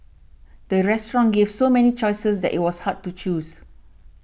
the restaurant gave so many choices that it was hard to choose